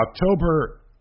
October